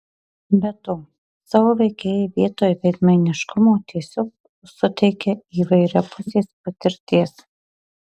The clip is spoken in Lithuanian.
be to savo veikėjai vietoj veidmainiškumo tiesiog suteikia įvairiapusės patirties